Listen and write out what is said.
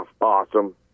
awesome